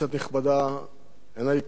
אן היקרה, משפחת עזרא,